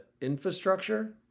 infrastructure